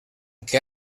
que